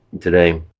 today